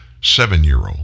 seven-year-old